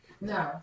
No